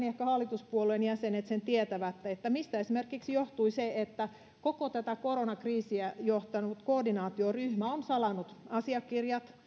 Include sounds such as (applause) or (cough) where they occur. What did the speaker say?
(unintelligible) ehkä hallituspuolueen jäsenet sen tietävät mistä esimerkiksi johtui se että koko tätä koronakriisiä johtanut koordinaatioryhmä on salannut asiakirjat